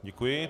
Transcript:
Děkuji.